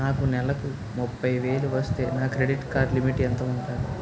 నాకు నెలకు ముప్పై వేలు వస్తే నా క్రెడిట్ కార్డ్ లిమిట్ ఎంత ఉంటాది?